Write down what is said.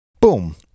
Boom